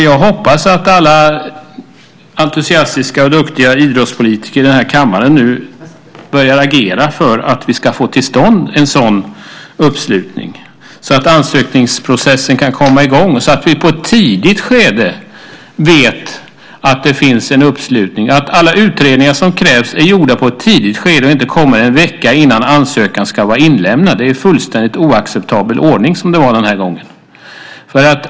Jag hoppas att alla entusiastiska och duktiga idrottspolitiker i den här kammaren nu börjar agera för att vi ska få till stånd en sådan uppslutning, så att ansökningsprocessen kan komma i gång och så att vi i ett tidigt skede vet att det finns en uppslutning. Vi måste veta att alla utredningar som krävs är gjorda i ett tidigt skede så att man inte kommer med en utredning en vecka innan ansökan ska vara inlämnad. Det var en fullständigt oacceptabel ordning den gången.